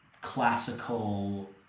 classical